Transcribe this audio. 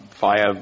via –